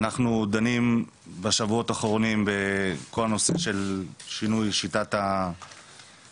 אנחנו דנים בשבועות האחרונים בכל הנושא של שינוי שיטת ה-